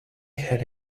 had